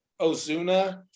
Ozuna